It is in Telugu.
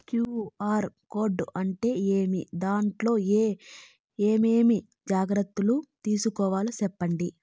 క్యు.ఆర్ కోడ్ అంటే ఏమి? దాంట్లో ఏ ఏమేమి జాగ్రత్తలు తీసుకోవాలో సెప్పండి?